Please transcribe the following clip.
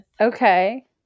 okay